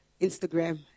Instagram